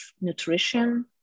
nutrition